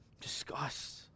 disgust